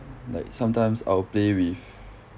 like sometimes I'll play with